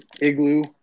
igloo